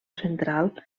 central